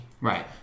right